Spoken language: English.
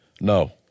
No